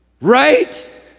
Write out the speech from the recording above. right